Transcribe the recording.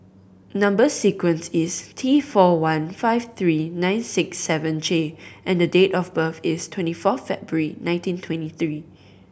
number sequence is T four one five three nine six seven J and date of birth is twenty four February nineteen twenty three